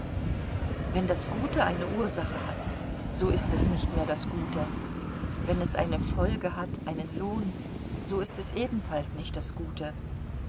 wenn das gute eine ursache hat so ist es nicht mehr das gute wenn es eine folge hat einen lohn so ist es ebenfalls nicht das gute